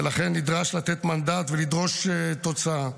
ולכן נדרש לתת מנדט ולדרוש תוצאה.